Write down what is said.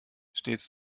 stets